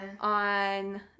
on